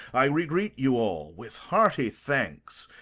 i regreet you all with hearty thanks.